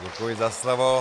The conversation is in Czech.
Děkuji za slovo.